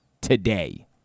today